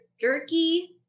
jerky